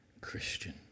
Christian